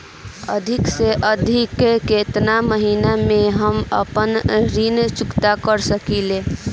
अधिक से अधिक केतना महीना में हम आपन ऋण चुकता कर सकी ले?